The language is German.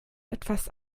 etwas